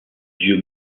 dieu